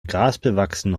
grasbewachsene